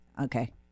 okay